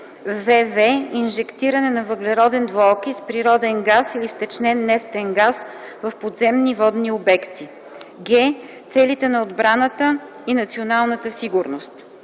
вв) инжектиране на въглероден двуокис, природен газ или втечнен нефтен газ в подземни водни обекти; г) целите на отбраната и националната сигурност;